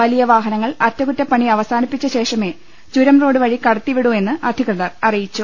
വലിയ വാഹന ങ്ങൾ അറ്റകുറ്റപ്പണി അവസാനിപ്പിച്ച ശേഷമേ ചുരം റോഡ് വഴി കടത്തിവിടൂ എന്ന് അധികൃതർ അറിയിച്ചു